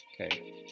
okay